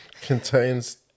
Contains